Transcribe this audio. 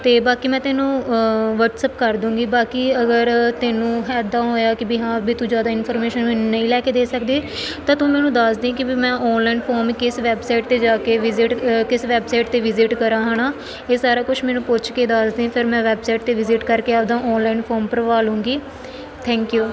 ਅਤੇ ਬਾਕੀ ਮੈਂ ਤੈਨੂੰ ਵਟਸਐਪ ਕਰ ਦਉਂਗੀ ਬਾਕੀ ਅਗਰ ਤੈਨੂੰ ਇੱਦਾਂ ਹੋਇਆ ਕਿ ਵੀ ਹਾਂ ਵੀ ਤੂੰ ਜ਼ਿਆਦਾ ਇਨਫੋਰਮੇਸ਼ਨ ਮੈਨੂੰ ਨਹੀਂ ਲੈ ਕੇ ਦੇ ਸਕਦੀ ਤਾਂ ਤੂੰ ਮੈਨੂੰ ਦੱਸ ਦਈ ਕਿ ਵੀ ਮੈਂ ਆਨਲਾਈਨ ਫੋਰਮ ਕਿਸ ਵੈਬਸਾਈਟ 'ਤੇ ਜਾ ਕੇ ਵਿਜਿਟ ਕਿਸ ਵੈਬਸਾਈਟ 'ਤੇ ਵੀਜਿਟ ਕਰਾਂ ਹੈ ਨਾ ਇਹ ਸਾਰਾ ਕੁਛ ਮੈਨੂੰ ਪੁੱਛ ਕੇ ਦੱਸ ਦਈ ਫਿਰ ਮੈਂ ਵੈਬਸਾਈਟ 'ਤੇ ਵਿਜ਼ਿਟ ਕਰਕੇ ਆਪਦਾ ਆਨਲਾਈਨ ਫੋਮ ਭਰਵਾ ਲਉਂਗੀ ਥੈਂਕ ਯੂ